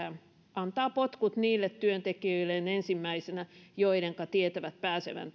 antavat potkut niille työntekijöilleen ensimmäisenä joidenka tietävät pääsevän